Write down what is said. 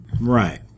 Right